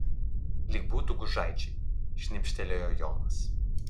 lyg būtų gužaičiai šnibžtelėjo jonas